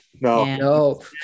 no